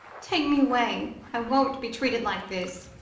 take me away. i won't be treated like this.